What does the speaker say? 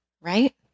Right